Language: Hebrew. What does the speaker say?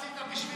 בסדר.